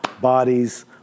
bodies